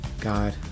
God